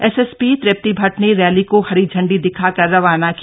SSP Tripti Bhatt ने rally को हरी झंडी दिखाकर रवाना किया